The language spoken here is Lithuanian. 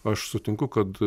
aš sutinku kad